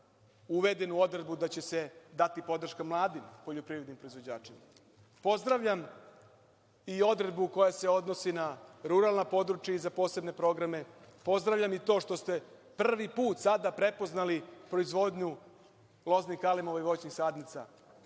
uvedenu odredbu da će se dati podrška mladim poljoprivrednim proizvođačima. Pozdravljam i odredbu koja se odnosi na ruralna područja i za posebne programe. Pozdravljam i to što ste prvi put sada prepoznali proizvodnju loznih kalemova i voćnih sadnica